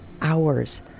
hours